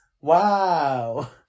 Wow